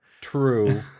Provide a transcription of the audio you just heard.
true